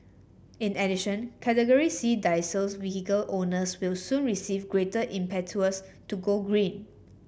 in addition Category C diesels vehicle owners will soon receive greater impetus to go green